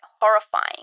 horrifying